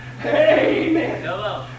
Amen